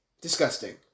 disgusting